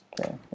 Okay